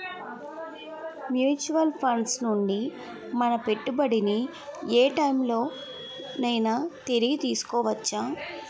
Mutual funds నుండి మన పెట్టుబడిని ఏ టైం లోనైనా తిరిగి తీసుకోవచ్చా?